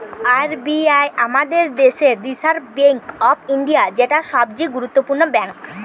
R B I আমাদের দেশের Reserve Bank of India, যেটা সবচে গুরুত্বপূর্ণ ব্যাঙ্ক